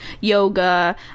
yoga